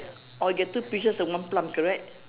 oh you get two peaches and one plum correct